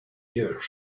years